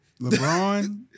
LeBron